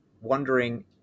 wondering